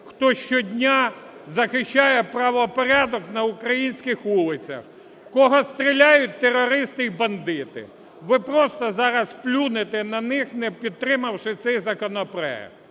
хто щодня захищає правопорядок на українських вулицях, в кого стріляють терористи і бандити. Ви просто зараз плюнете на них, не підтримавши цей законопроект.